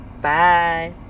bye